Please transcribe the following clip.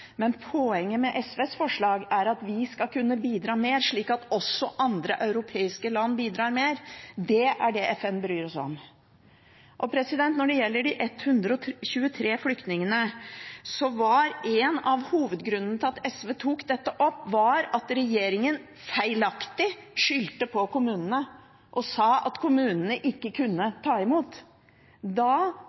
men poenget med SVs forslag er at vi skal kunne bidra mer, slik at også andre europeiske land bidrar mer. Det er det FN bryr seg om. Når det gjelder de 123 flyktningene, var en av hovedgrunnene til at SV tok dette opp at regjeringen feilaktig skyldte på kommunene og sa at kommunene ikke kunne ta imot. Da